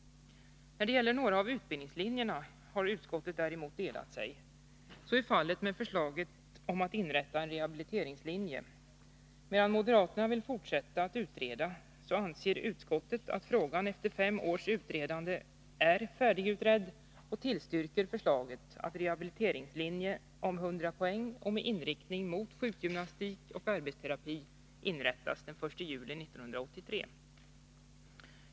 När det gäller några av utbildningslinjerna har utskottet däremot delat sig. Så är fallet med förslaget om att inrätta en rehabiliteringslinje. Medan moderaterna vill fortsätta att utreda, anser utskottet att frågan efter fem års utredande är färdigutredd och tillstyrker förslaget att en rehabiliteringslinje om 100 poäng med inriktning mot sjukgymnastik och arbetsterapi inrättas den 1 juli 1983.